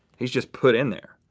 he's just put in there.